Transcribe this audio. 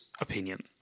opinion